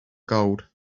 gold